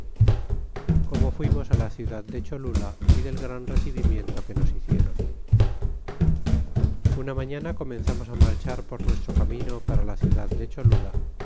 como fuimos la ciudad de cholula y del gran recibimiento que nos hicieron una mañana comenzamos á marchar por nuestro camino para la ciudad de cholula